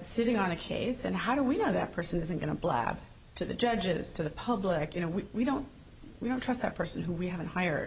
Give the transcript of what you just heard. sitting on a case and how do we know that person isn't going to blab to the judges to the public you know we we don't we don't trust that person who we haven't hired